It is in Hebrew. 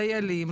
דיילים,